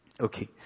Okay